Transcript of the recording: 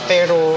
Pero